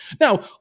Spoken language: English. Now